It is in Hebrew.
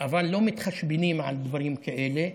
אבל לא מתחשבנים על דברים כאלה,